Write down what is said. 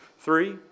Three